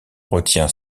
retient